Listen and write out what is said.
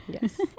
Yes